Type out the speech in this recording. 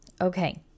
Okay